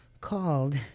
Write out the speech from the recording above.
called